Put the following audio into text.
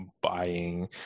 buying